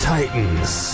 Titans